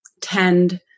tend